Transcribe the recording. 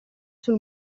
sul